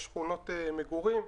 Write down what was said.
זה יכול להיות שכונות מגורים.